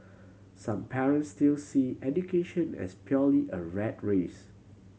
some parent still see education as purely a rat race